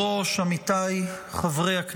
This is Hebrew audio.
שבוודאי צופים במעמד הזה דרך ערוץ הכנסת,